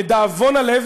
לדאבון הלב,